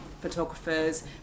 photographers